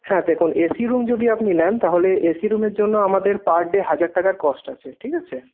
হ্যাঁ দেখুন AC room যদি আপনি নেন তাহলে এসি রুমের জন্য আমাদের পার ডে হাজার টাকার কস্ট আছে ঠিক আছে